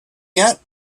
yet